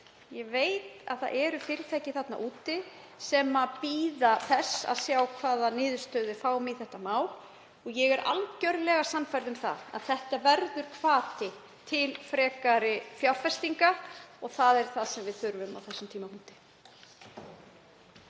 ég veit að það eru fyrirtæki úti í samfélaginu sem bíða þess að sjá hvaða niðurstöðu við fáum í þetta mál. Ég er algjörlega sannfærð um að þetta verður hvati til frekari fjárfestinga og það er það sem við þurfum á þessum tímapunkti.